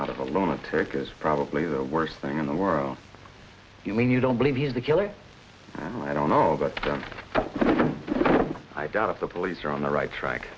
out of a moment take is probably the worst thing in the world you mean you don't believe he's the killer i don't know but i doubt if the police are on the right track